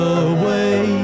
away